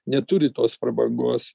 neturit tos prabangos